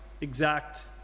exact